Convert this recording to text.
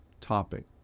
topic